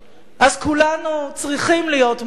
אז כולנו צריכים להיות מאוחדים,